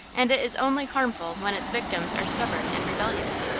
and is only harmful when its victims are stubborn and rebellious.